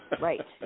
Right